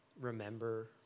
remember